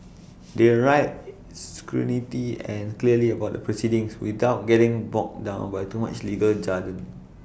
they write succinctly and clearly about the proceedings without getting bogged down by too much legal jargon